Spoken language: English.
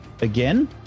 again